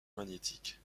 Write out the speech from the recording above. magnétique